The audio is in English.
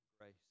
grace